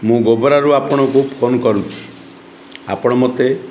ମୁଁ ଗୋବରାରୁ ଆପଣଙ୍କୁ ଫୋନ କରୁଛି ଆପଣ ମୋତେ